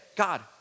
God